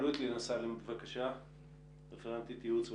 לינא סאלם, רפרנטית ייעוץ וחקיקה.